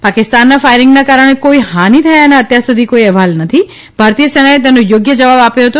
પાકિસ્તાનના ફાયરિંગના કારણે કોઇ હાની થયાના અત્યાર સુધી કોઇ અહેવાલ નથી ભારતીય સેનાએ તેનો યોગ્ય જવાબ આપ્યો હતો